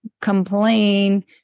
complain